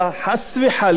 חס וחלילה,